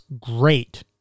great